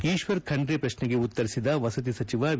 ಈಶ್ವರ್ ಖಂಡ್ರೆ ಪ್ರಶ್ನೆಗೆ ಉತ್ತರಿಸಿದ ವಸತಿ ಸಚಿವ ವಿ